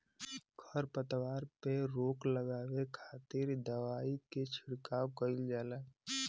खरपतवार पे रोक लगावे खातिर दवाई के छिड़काव कईल जाला